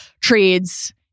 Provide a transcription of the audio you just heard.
trades